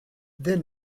then